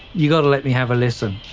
you got to let me have a listen.